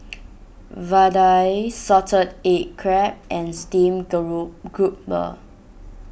Vadai Salted Egg Crab and Steamed Group Grouper